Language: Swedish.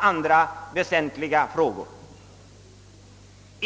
andra väsentliga frågor.